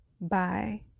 Bye